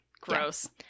Gross